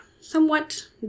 somewhat